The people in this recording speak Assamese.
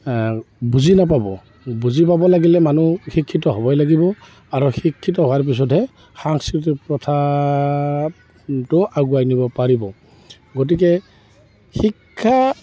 বুজি নাপাব বুজি পাব লাগিলে মানুহ শিক্ষিত হ'বই লাগিব আৰু শিক্ষিত হোৱাৰ পিছতহে সাংস্কৃতিক প্ৰথাটো আগুৱাই নিব পাৰিব গতিকে শিক্ষা